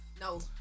no